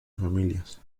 familias